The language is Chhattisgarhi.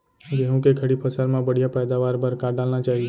गेहूँ के खड़ी फसल मा बढ़िया पैदावार बर का डालना चाही?